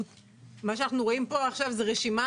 מה שאנחנו רואים פה עכשיו זה רשימה